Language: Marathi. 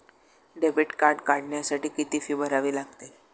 डेबिट कार्ड काढण्यासाठी किती फी भरावी लागते?